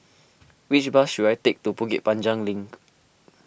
which bus should I take to Bukit Panjang Link